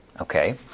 Okay